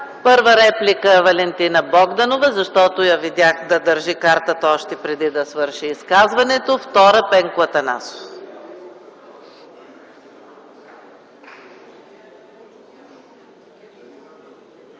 Първа реплика – Валентина Богданова, защото я видях да държи картата още преди да свърши изказването. Втора реплика –